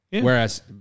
Whereas